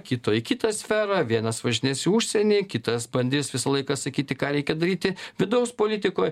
kito į kitą sferą vienas važinės į užsienį kitas bandys visą laiką sakyti ką reikia daryti vidaus politikoj